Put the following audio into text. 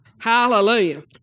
Hallelujah